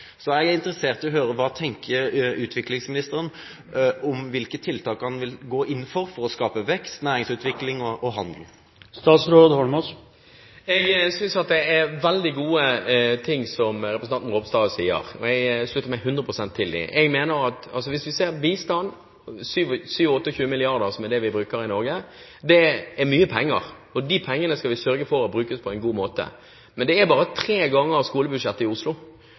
Så jeg er interessert i å høre: Hvilke tiltak vil utviklingsministeren gå inn for, for å skape vekst, næringsutvikling og handel? Jeg synes det er veldig bra det som representanten Ropstad sier, og jeg slutter meg hundre prosent til det. Når det gjelder bistand, bruker Norge 27–28 mrd. kr på det, det er mye penger, og de pengene skal vi sørge for at brukes på en god måte. Men det er bare tre ganger skolebudsjettet i Oslo, og alle skjønner at vi kan ikke klare å redde hele verden med tre ganger skolebudsjettet i Oslo.